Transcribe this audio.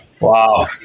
Wow